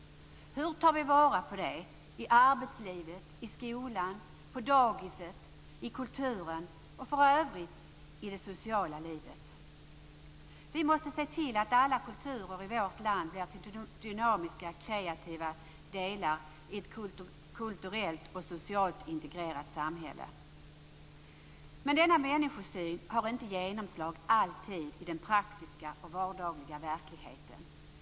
Hur tar vi vara på detta i arbetslivet, i skolan, på dagiset, i kulturen och för övrigt i det sociala livet? Vi måste se till att alla kulturer i vårt land blir till dynamiska, kreativa delar i ett kulturellt och socialt integrerat samhälle. Men denna människosyn får inte alltid genomslag i den praktiska och vardagliga verkligheten.